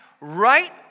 right